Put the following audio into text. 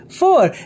four